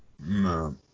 No